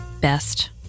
best